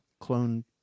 clone